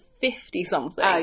fifty-something